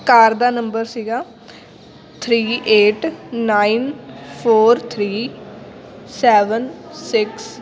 ਕਾਰ ਦਾ ਨੰਬਰ ਸੀਗਾ three eight nine four three seven six